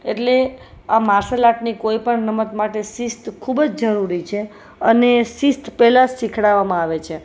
એટલે આ માર્શલ આર્ટની કોઈ પણ રમત માટે શિસ્ત ખૂબ જ જરૂરી છે અને શિસ્ત પહેલા જ શીખવવામાં આવે છે